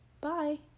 Bye